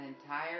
entire